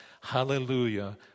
Hallelujah